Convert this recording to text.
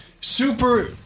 super